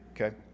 okay